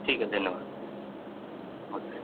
ठीक है धन्यवाद नमस्ते